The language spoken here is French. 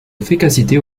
efficacité